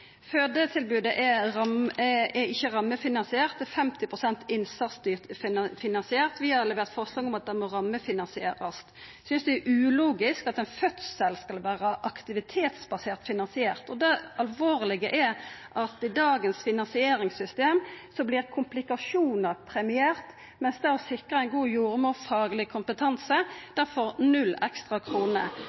Fødetilbodet er ikkje rammefinansiert, det er 50 pst. innsatsstyrt finansiert. Vi har levert forslag om at det må rammefinansierast og synest det er ulogisk at ein fødsel skal vera aktivitetsbasert finansiert. Det alvorlege er at i dagens finansieringssystem vert komplikasjonar premierte, medan det å sikra ein god jordmorfagleg kompetanse får null ekstra